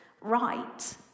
right